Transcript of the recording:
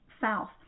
south